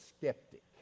skeptic